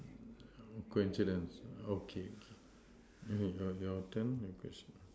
coincidence okay okay your your turn your question